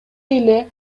эле